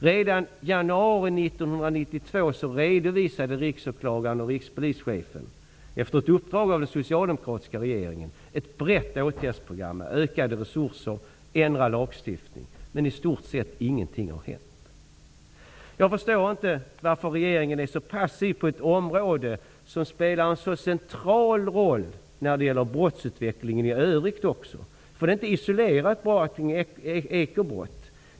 Redan i januari 1992 redovisade Riksåklagaren och Rikspolischefen, på uppdrag av den socialdemokratiska regeringen, ett brett åtgärdsprogram med ökade resurser och ändrad lagstiftning. Men i stort sett har ingenting hänt. Jag förstår inte varför regeringen är så passiv på ett område som spelar en så central roll också när det gäller brottsutvecklingen i övrigt. Det här är inte bara isolerat till ekobrott.